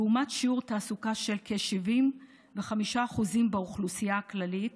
לעומת שיעור תעסוקה של כ-75% באוכלוסייה הכללית,